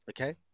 Okay